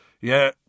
Yeah